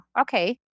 Okay